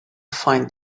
find